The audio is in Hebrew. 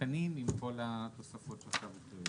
התקנים עם כל התוספות והתוספת השלישית.